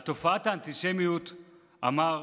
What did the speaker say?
על תופעת האנטישמיות אמר: